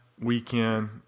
weekend